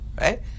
right